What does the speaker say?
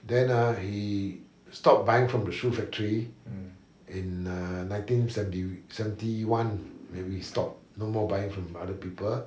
then ah he stopped buying from the shoe factory in uh nineteen seventy seventy one when we stopped no more buying from other people